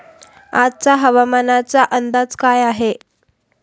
आजचा हवामानाचा अंदाज काय आहे?